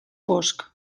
fosc